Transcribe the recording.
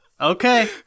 Okay